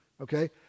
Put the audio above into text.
okay